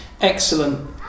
Excellent